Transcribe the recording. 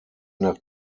nach